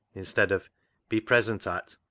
instead of be present at,